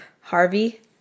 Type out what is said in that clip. Harvey